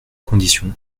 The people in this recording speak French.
conditions